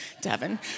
Devin